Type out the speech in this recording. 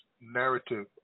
narrative